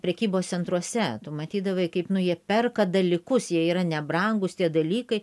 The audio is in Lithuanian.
prekybos centruose tu matydavai kaip jie perka dalykus jie yra nebrangūs tie dalykai